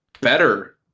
better